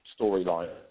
storyline